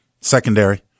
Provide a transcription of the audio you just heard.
Secondary